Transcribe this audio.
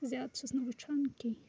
زیادٕ چھس نہٕ وُچھان کیٚنٛہہ